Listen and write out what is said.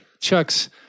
Chuck's